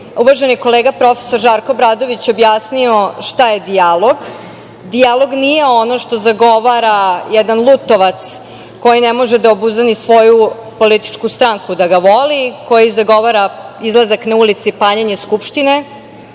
uvaženi kolega prof. Žarko Obradović objasnio šta je dijalog. Dijalog nije ono što zagovara jedan Lutovac koji ne može da obuzda ni svoju političku stranku da ga voli, koji zagovara izlazak na ulice i paljenje Skupštine,